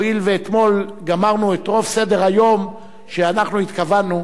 הואיל ואתמול גמרנו את רוב סדר-היום שאנחנו התכוונו,